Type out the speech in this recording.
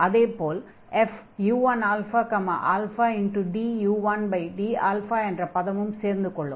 அதே போல் fu1ααdu1d என்ற பதமும் சேர்ந்துகொள்ளும்